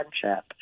friendship